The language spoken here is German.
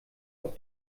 auf